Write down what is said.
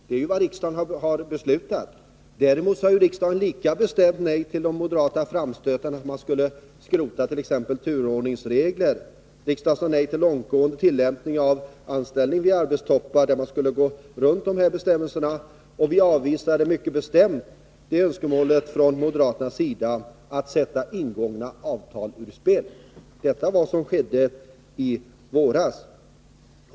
Det är vad riksdagen har beslutat. Däremot sade riksdagen bestämt nej till de moderata framstötarna om att man skulle skrota turordningsreglerna. Riksdagen sade också nej till en långtgående tillämpning av möjligheten att anställa vid arbetstoppar som skulle ha inneburit att man hade gått runt dessa bestämmelser. Vi avvisade också mycket bestämt det moderata önskemålet att man skulle sätta ingångna avtal ur spel. Detta var vad som skedde i våras.